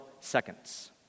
seconds